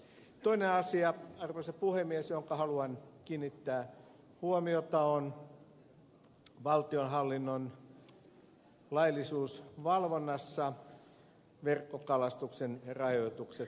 toinen asia arvoisa puhemies johonka haluan kiinnittää huomiota on valtionhallinnon laillisuusvalvonnassa verkkokalastuksen rajoitukset saimaalla